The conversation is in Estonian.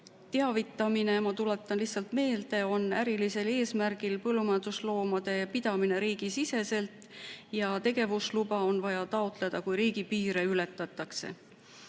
Teavitamine, ma tuletan lihtsalt meelde, on ärilisel eesmärgil põllumajandusloomade pidamine riigisiseselt. Ja tegevusluba on vaja taotleda siis, kui riigipiire ületatakse.